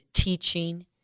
Teaching